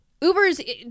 Uber's